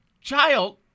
child